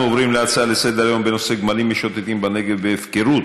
אנחנו עוברים להצעה לסדר-היום בנושא: גמלים משוטטים בנגב בהפקרות,